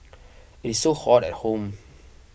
it is so hot at home